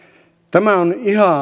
tämä on